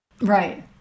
Right